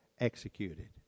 executed